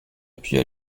appuyé